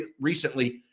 recently